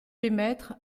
émettre